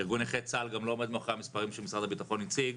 ארגון נכי צה"ל גם לא עומד מאחורי המספרים שמשרד הביטחון הציג,